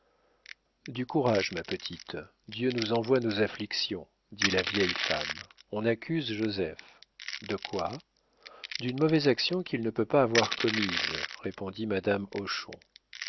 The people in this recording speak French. du courage ma petite dieu nous envoie nos afflictions dit la vieille femme on accuse joseph de quoi d'une mauvaise action qu'il ne peut pas avoir commise répondit madame hochon